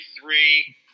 three